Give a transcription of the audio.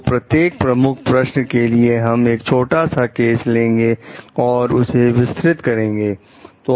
तो प्रत्येक मुख्य प्रश्न के लिए हम एक छोटा सा केस लेंगे और उसे विस्तृत करेंगे